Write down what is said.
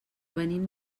venim